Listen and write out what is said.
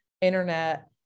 internet